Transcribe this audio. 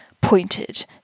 pointed